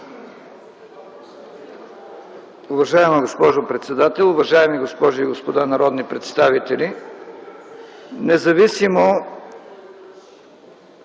уважаема госпожо председател. Уважаеми госпожи и господа народни представители, надявам